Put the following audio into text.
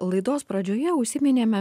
laidos pradžioje užsiminėme